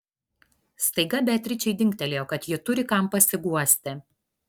staiga beatričei dingtelėjo kad ji turi kam pasiguosti